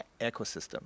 ecosystem